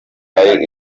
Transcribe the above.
ari